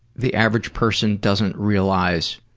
the average person doesn't realize